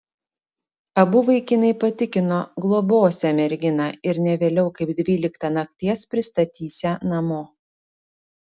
abu vaikinai patikino globosią merginą ir ne vėliau kaip dvyliktą nakties pristatysią namo